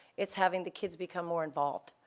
it's having the kids become more involved,